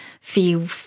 feel